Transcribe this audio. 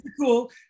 cool